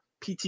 PT